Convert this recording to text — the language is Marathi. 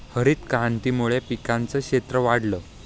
हरितक्रांतीमुळे पिकांचं क्षेत्र वाढलं